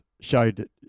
showed